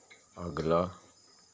अगला